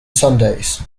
sundays